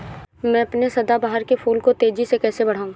मैं अपने सदाबहार के फूल को तेजी से कैसे बढाऊं?